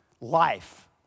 life